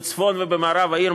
בצפון ובמערב העיר,